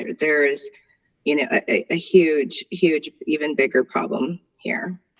there's you know a ah huge huge even bigger problem here